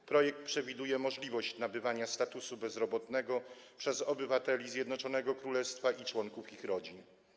W projekcie przewiduje się możliwość nabywania statusu bezrobotnego przez obywateli Zjednoczonego Królestwa i członków ich rodzin.